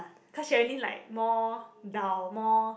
cause Sherilyn like more dull more